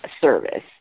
service